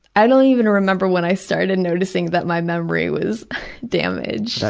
i don't even remember when i started noticing that my memory was damaged.